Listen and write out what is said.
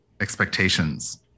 expectations